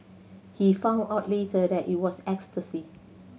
he found out later that it was ecstasy